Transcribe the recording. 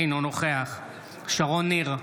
אינו נוכח שרון ניר,